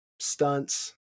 stunts